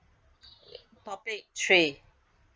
topic three